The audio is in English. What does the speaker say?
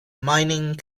mining